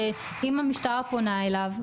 שאם המשטרה פונה אליו,